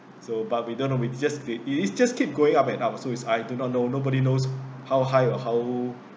so but we don't know we just it just keeps going up and up so it's I do not know nobody knows how high or how